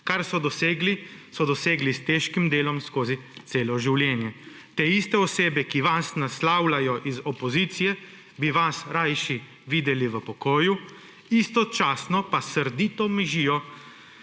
so dosegli s težkim delom skozi celo življenje. Te iste osebe, ki vas naslavljajo iz opozicije, bi vas raje videle v pokoju, istočasno pa srdito mižijo